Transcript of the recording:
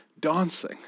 dancing